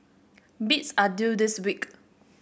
bids are due this week